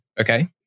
Okay